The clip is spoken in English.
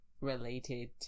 related